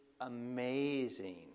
amazing